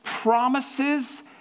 promises